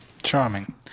Charming